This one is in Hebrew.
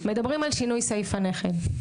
מדברים על שינוי סעיף הנכד.